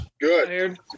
Good